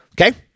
Okay